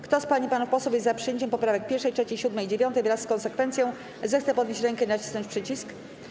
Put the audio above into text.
Kto z pań i panów posłów jest za przyjęciem poprawek 1., 3., 7. i 9., wraz z konsekwencją, zechce podnieść rękę i nacisnąć przycisk.